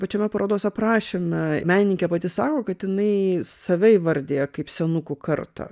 pačiame parodos aprašyme menininkė pati sako kad jinai save įvardiją kaip senukų kartą